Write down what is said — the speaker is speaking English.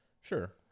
Sure